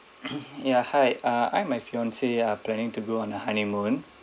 ya hi uh I and my fiance are planning to go on a honeymoon